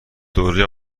دوره